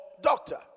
doctor